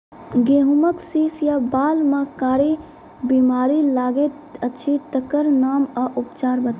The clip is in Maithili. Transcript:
गेहूँमक शीश या बाल म कारी बीमारी लागतै अछि तकर नाम आ उपचार बताउ?